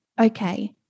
okay